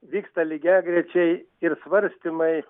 vyksta lygiagrečiai ir svarstymai